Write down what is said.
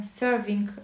serving